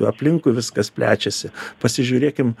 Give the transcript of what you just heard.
aplinkui viskas plečiasi pasižiūrėkim